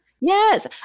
Yes